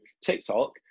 tiktok